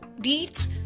deeds